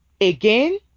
Again